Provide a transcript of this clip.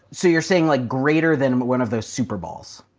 so you're saying like, greater than one of those super balls.